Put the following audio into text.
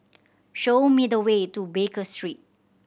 show me the way to Baker Street